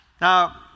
now